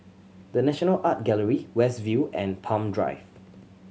The National Art Gallery West View and Palm Drive